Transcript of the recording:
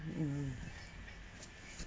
mm